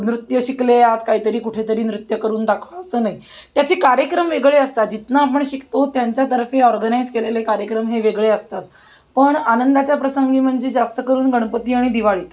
नृत्य शिकले आज काहीतरी कुठेतरी नृत्य करून दाखवा असं नाही त्याचे कार्यक्रम वेगळे असतात जिथनं आपण शिकतो त्यांच्यातर्फे ऑर्गनाइज केलेले कार्यक्रम हे वेगळे असतात पण आनंदाच्या प्रसंगी म्हणजे जास्त करून गणपती आणि दिवाळीतच